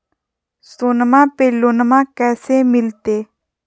सोनमा पे लोनमा कैसे मिलते?